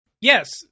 Yes